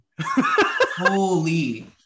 Holy